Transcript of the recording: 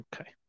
Okay